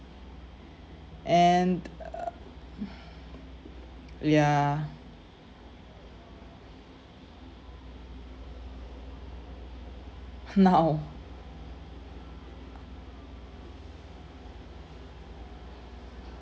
and uh ya now